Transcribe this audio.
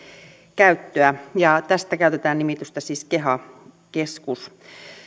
käyttöä tästä käytetään siis nimitystä keha keskus